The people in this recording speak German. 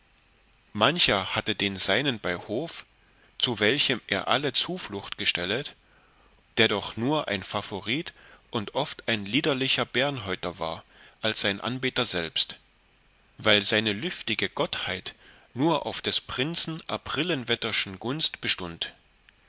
mancher hatte den seinen bei hof zu welchem er alle zuflucht gestellet der doch nur ein favorit und oft ein liederlichrer bärnhäuter war als sein anbeter selbst weil seine lüftige gottheit nur auf des prinzen aprilenwetterischen gunst bestund